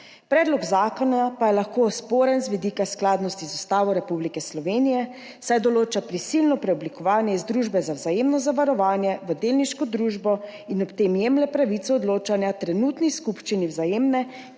predlog zakona pa je lahko sporen z vidika skladnosti z Ustavo Republike Slovenije, saj določa prisilno preoblikovanje iz družbe za vzajemno zavarovanje v delniško družbo in ob tem jemlje pravico odločanja trenutni skupščini Vzajemne,